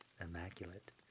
immaculate